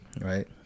right